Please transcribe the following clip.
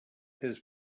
his